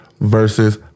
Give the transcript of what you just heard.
versus